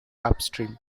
upstream